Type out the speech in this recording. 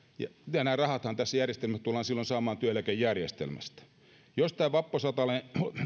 nämä rahathan tässä järjestelmässä tullaan silloin saamaan työeläkejärjestelmästä tämä vappusatanen